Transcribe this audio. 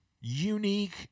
Unique